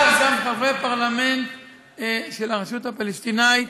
בתוך הרשות הפלסטינית,